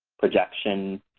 projections,